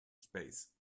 space